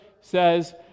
says